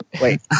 wait